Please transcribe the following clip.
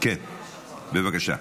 כן, בבקשה.